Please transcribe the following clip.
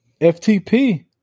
FTP